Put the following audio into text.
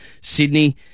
Sydney